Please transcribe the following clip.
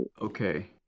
Okay